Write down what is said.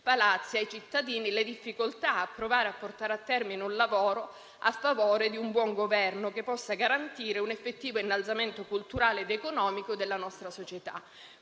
palazzi, le difficoltà nel provare a portare a termine un lavoro a favore di un buon governo che possa garantire un effettivo innalzamento culturale ed economico della nostra società.